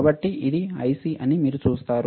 కాబట్టి ఇది ఐసి అని మీరు చూస్తారు